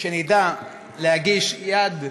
שנדע להגיש יד לשכנינו,